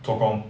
做工